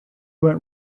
went